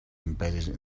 embedded